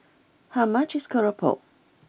how much is keropok